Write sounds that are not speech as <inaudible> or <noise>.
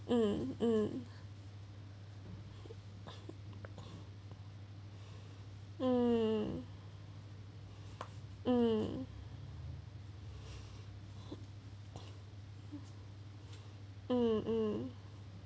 um um <coughs> um um um um